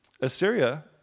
Assyria